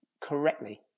correctly